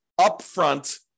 upfront